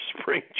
spring